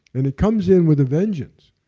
and it comes in with a vengeance.